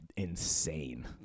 Insane